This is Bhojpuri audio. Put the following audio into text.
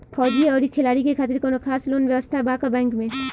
फौजी और खिलाड़ी के खातिर कौनो खास लोन व्यवस्था बा का बैंक में?